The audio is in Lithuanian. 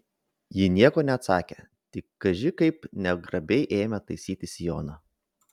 ji nieko neatsakė tik kaži kaip negrabiai ėmė taisytis sijoną